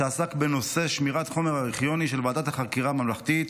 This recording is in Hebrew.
שעסק בנושא שמירת חומר ארכיוני של ועדת החקירה הממלכתית